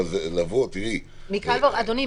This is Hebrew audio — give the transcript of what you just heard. אבל לבוא תראי --- אדוני,